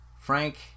Frank